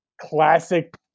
classic